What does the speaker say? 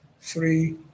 three